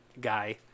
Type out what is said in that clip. guy